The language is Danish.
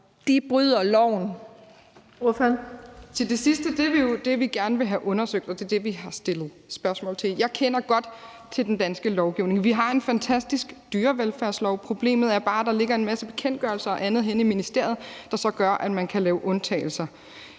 jeg gerne sige, at det jo er det, vi gerne vil have undersøgt. Det er det, vi har stillet spørgsmål om. Jeg kender godt den danske lovgivning. Vi har en fantastisk dyrevelfærdslov. Problemet er bare, at der ligger en masse bekendtgørelser og andet henne i ministeriet, der så gør, at man kan lave undtagelser.